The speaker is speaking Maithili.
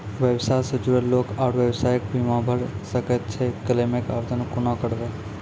व्यवसाय सॅ जुड़ल लोक आर व्यवसायक बीमा भऽ सकैत छै? क्लेमक आवेदन कुना करवै?